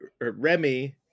Remy